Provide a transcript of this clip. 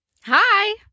Hi